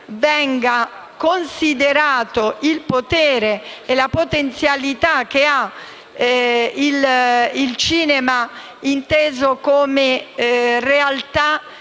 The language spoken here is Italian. venga considerato il potere, la potenzialità del cinema, inteso come realtà